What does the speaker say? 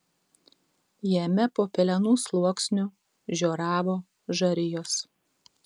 jame po pelenų sluoksniu žioravo žarijos